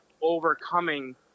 overcoming